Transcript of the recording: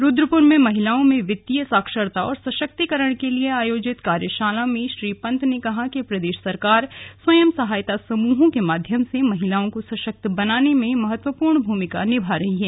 रूद्रपुर में महिलाओं में वित्तीय साक्षरता और सशक्तीकरण के लिए आयोजित कार्याशाला में श्री पंत ने कहा कि प्रदेश सरकार स्वयं सहायता समूहों के माध्यम से महिलाओं को सशक्त बनाने में महत्वपूर्ण भ्रमिका निभा रही है